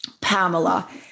Pamela